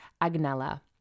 Agnella